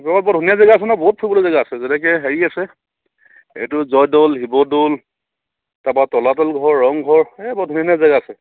বৰ ধুনীয়া জেগা আছে নহয় বহুত ফুৰিব লগা জেগা আছে যেনেকে হেৰি আছে এইটো জয়দৌল শিৱদৌল তাৰপা তলাতল ঘৰ ৰংঘৰ এই বহুত ধুনীয়া ধুনীয়া জেগা আছে